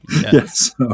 Yes